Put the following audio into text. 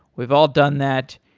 we've all done that,